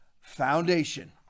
foundation